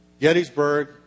Gettysburg